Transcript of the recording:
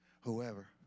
whoever